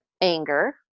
anger